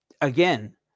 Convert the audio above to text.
again